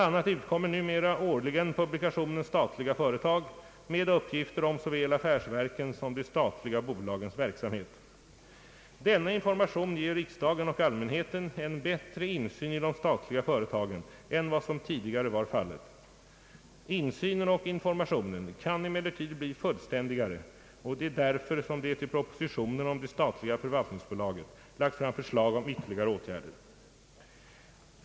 a. utkommer numera årligen publikationen Statliga företag med uppgifter om såväl affärsverkens som de statliga bolagens verksamhet. Denna information ger riksdagen och allmänheten en bättre insyn i de statliga företagen än vad som tidigare var fallet. Insynen och informationen kan emellertid bli fullständigare och det är därför som det i propositionen om det statliga förvaltningsbolaget lagts fram förslag om ytterligare åtgärder.